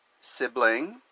sibling